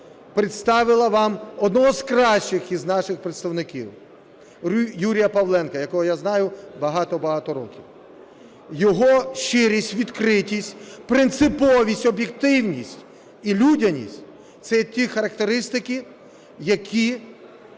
представила вам одного з кращих із наших представників – Юрія Павленка, якого я знаю багато-багато років. Його щирість, відкритість, принциповість, і об'єктивність, і людяність – це ті характеристики, які